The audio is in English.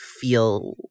feel